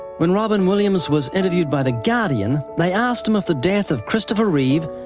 when robin williams was interviewed by the guardian, they asked him if the death of christopher reeve,